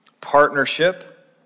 partnership